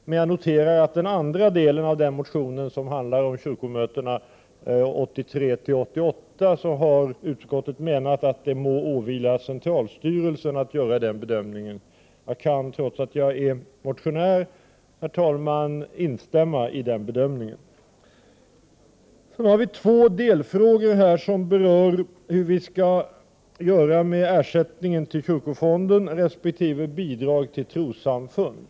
Men jag noterar att beträffande den andra delen av ifrågavarande motion, som handlar om kyrkomötena 1983-1988, har utskottet menat att det må åvila centralstyrelsen att göra den bedömningen. Jag kan trots att jag är motionär instämma i detta uttalande. Vidare har vi två delfrågor som berör vissa ersättningar till kyrkofonden resp. bidrag till trossamfund.